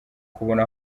kubona